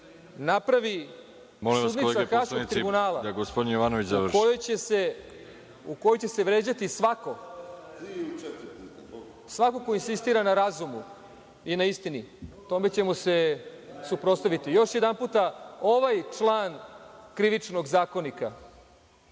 napravi sudnica Haškog tribunala u kojoj će se vređati svako ko insistira na razumu i na istini, tome ćemo se suprotstaviti. Još jedanputa, ovaj član Krivičnog zakonika